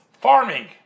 farming